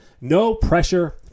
no-pressure